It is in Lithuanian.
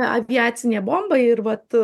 aviacinė bomba ir vat